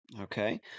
Okay